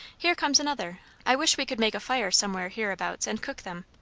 here comes another. i wish we could make a fire somewhere hereabouts and cook them.